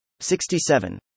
67